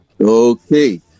Okay